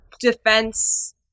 defense